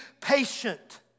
patient